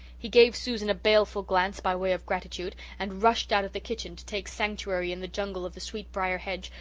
he gave susan a baleful glance by way of gratitude and rushed out of the kitchen to take sanctuary in the jungle of the sweet-briar hedge,